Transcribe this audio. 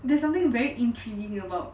there's something very intriguing about